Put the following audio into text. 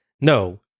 no